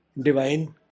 divine